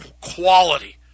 quality